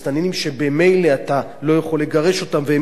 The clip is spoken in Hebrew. שממילא אתה לא יכול לגרש אותם והם כאן,